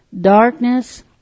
darkness